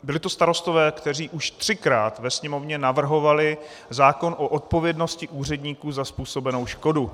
Byli to Starostové, kteří už třikrát ve Sněmovně navrhovali zákon o odpovědnosti úředníků za způsobenou škodu.